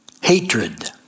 Hatred